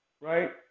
right